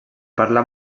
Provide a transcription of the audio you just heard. parlar